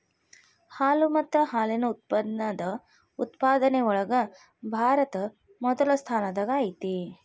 ಹಾಲು ಮತ್ತ ಹಾಲಿನ ಉತ್ಪನ್ನದ ಉತ್ಪಾದನೆ ಒಳಗ ಭಾರತಾ ಮೊದಲ ಸ್ಥಾನದಾಗ ಐತಿ